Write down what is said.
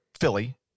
Philly